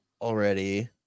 Already